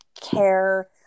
care